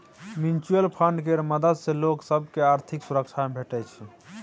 mutual fund केर मदद सँ लोक सब केँ आर्थिक सुरक्षा भेटै छै